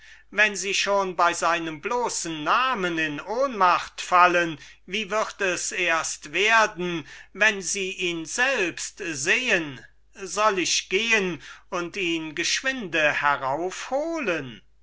wenn sie schon bei seinem bloßen namen in ohnmacht fallen wie wird es ihnen erst werden wenn sie ihn selbst sehen soll ich gehen und ihn geschwinde